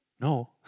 No